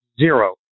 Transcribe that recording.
zero